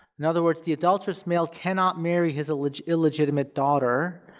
in other words, the adulterous male cannot marry his like illegitimate daughter,